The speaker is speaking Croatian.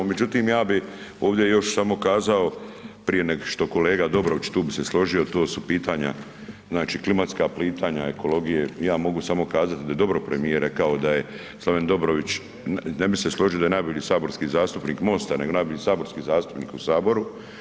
Međutim ja bih ovdje samo kazao prije nego što kolega Dobrović, tu bih se složio, to su pitanja znači klimatska pitanja ekologije, ja mogu samo kazati da je dobro premijer rekao da je Slaven Dobrović, ne bih se složio da je najbolji saborski zastupnik MOST-a nego najbolji saborski zastupnik u Saboru.